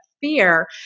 fear